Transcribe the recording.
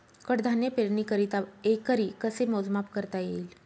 कडधान्य पेरणीकरिता एकरी कसे मोजमाप करता येईल?